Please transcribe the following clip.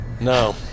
No